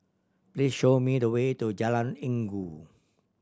please show me the way to Jalan Inggu